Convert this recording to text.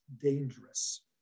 dangerous